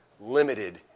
limited